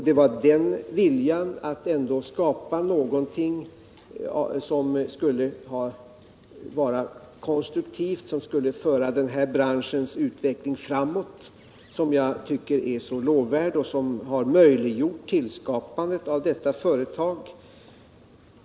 Det var den viljan att ändå skapa någonting konstruktivt, något som skulle föra branschens utveckling framåt, som jag tycker är så lovvärd och som har möjliggjort skapandet av detta företag.